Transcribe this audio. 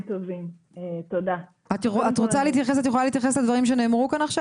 את יכולה להתייחס לדברים שנאמרו כאן?